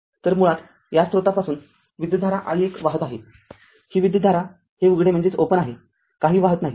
तर मुळात या स्त्रोतापासून विद्युतधारा i१ वाहत आहे ही विद्युतधारा हे उघडे आहे काहीही वाहत नाही